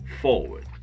forward